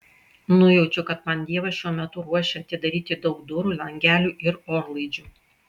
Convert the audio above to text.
nujaučiu kad man dievas šiuo metu ruošia atidaryti daug durų langelių ir orlaidžių